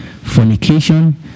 fornication